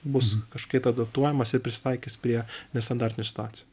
bus kažkaip adaptuojamas ir prisitaikys prie nestandartinių situacijų